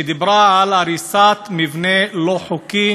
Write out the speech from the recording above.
שדיברה על הריסת מבנה לא חוקי